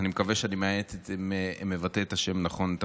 ואני מקווה שאני מבטא את השמות נכון,